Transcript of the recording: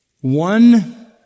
One